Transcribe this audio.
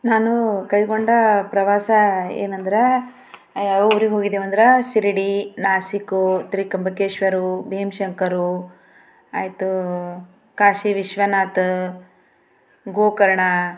ನಾನು ಕೈಗೊಂಡ ಪ್ರವಾಸ ಏನೆಂದರೆ ಯಾವೂರಿಗೋಗಿದ್ದೆವು ಅಂದರೆ ಶಿರಡಿ ನಾಸಿಕ್ ತ್ರಯಂಬಕೇಶ್ವರ ಭೀಮಶಂಕರ ಆಯಿತು ಕಾಶಿ ವಿಶ್ವನಾಥ ಗೋಕರ್ಣ